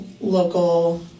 local